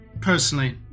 personally